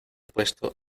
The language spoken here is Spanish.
puesto